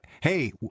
Hey